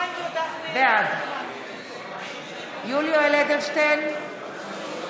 בעד יולי יואל אדלשטיין,